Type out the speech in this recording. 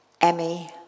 Emmy